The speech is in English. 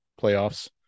playoffs